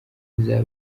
bizaba